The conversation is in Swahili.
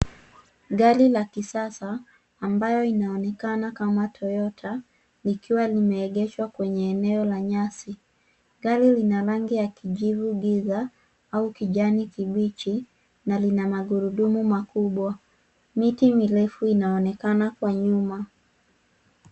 Gari la kisasa, ambayo inaonekana kama Toyota, likiwa limeegeshwa kwenye eneo la nyasi. Gari lina rangi ya kijivu giza au kijani kibichi, na lina magurudumu makubwa. Miti mirefu inaonekana kwa nyuma.